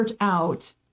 out